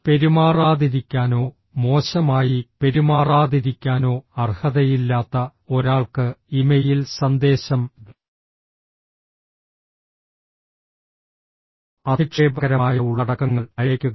പെരുമാറാതിരിക്കാനോ മോശമായി പെരുമാറാതിരിക്കാനോ അർഹതയില്ലാത്ത ഒരാൾക്ക് ഇമെയിൽ സന്ദേശം അധിക്ഷേപകരമായ ഉള്ളടക്കങ്ങൾ അയയ്ക്കുക